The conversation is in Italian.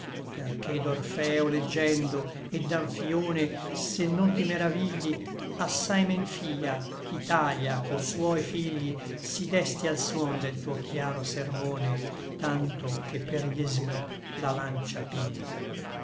perché d'orpheo leggendo et d'amphïone se non ti meravigli assai men fia ch'italia co suoi figli si desti al suon del tuo chiaro sermone tanto che per jesú la lancia pigli